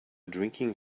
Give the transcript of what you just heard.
drinking